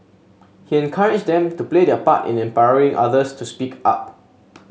he encouraged them to play their part in empowering others to speak up